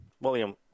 William